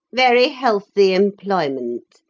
very healthy employment.